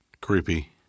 Creepy